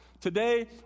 today